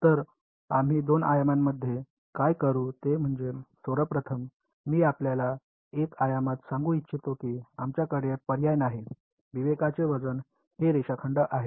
तर आम्ही दोन आयामांमधे काय करू ते म्हणजे सर्वप्रथम मी आपल्याला एका आयामात सांगू इच्छितो की आमच्याकडे पर्याय नाही विवेकाचे वजन हे रेषाखंड आहे